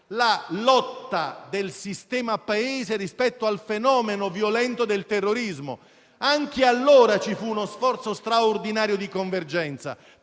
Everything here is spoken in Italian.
la lotta del sistema Paese rispetto al fenomeno violento del terrorismo. Anche allora ci fu uno sforzo straordinario di convergenza,